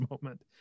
moment